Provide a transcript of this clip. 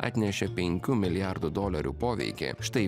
atnešė penkių milijardų dolerių poveikį štai